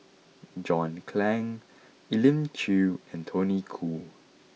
John Clang Elim Chew and Tony Khoo